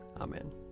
Amen